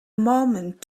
moment